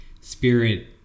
spirit